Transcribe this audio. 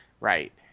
right